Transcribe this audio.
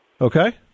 Okay